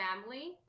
family